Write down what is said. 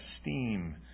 esteem